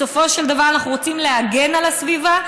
בסופו של דבר אנחנו רוצים להגן על הסביבה,